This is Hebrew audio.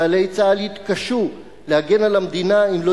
חיילי צה"ל יתקשו להגן על המדינה אם לא